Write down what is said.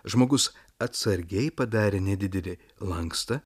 žmogus atsargiai padarė nedidelį lankstą